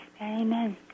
Amen